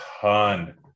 ton